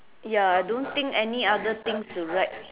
ya I don't think any other things to write